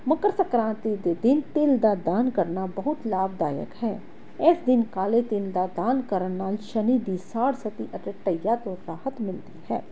ਮਕਰ ਸੰਕ੍ਰਾਂਤੀ ਦੇ ਦਿਨ ਤਿਲ਼ ਦਾ ਦਾਨ ਕਰਨਾ ਬਹੁਤ ਲਾਭਦਾਇਕ ਹੈ ਇਸ ਦਿਨ ਕਾਲੇ ਤਿਲ਼ ਦਾ ਦਾਨ ਕਰਨ ਨਾਲ਼ ਸ਼ਨੀ ਦੀ ਸਾੜ ਸਤੀ ਅਤੇ ਧਈਆ ਤੋਂ ਰਾਹਤ ਮਿਲਦੀ ਹੈ